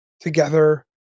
together